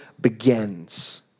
begins